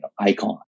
icon